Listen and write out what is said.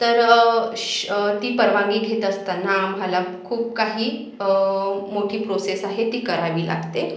तर श ती परवानगी घेत असताना आम्हाला खूप काही मोठी प्रोसेस आहे ती करावी लागते